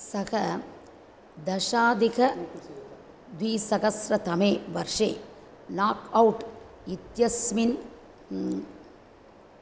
सः दशाधिकद्विसहस्रतमे वर्षे लाक् औट् इत्यस्मिन्